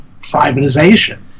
privatization